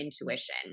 intuition